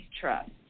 trust